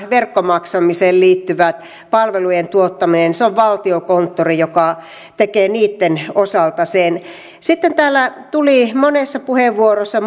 verkkomaksamiseen liittyvien palvelujen tuottamista se on valtiokonttori joka tekee niitten osalta sen sitten kun täällä tuli monessa puheenvuorossa